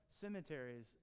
cemeteries